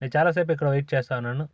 నేను చాలా సేపు ఇక్కడ వెయిట్ చేస్తా ఉన్నాను